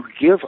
give